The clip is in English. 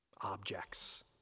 objects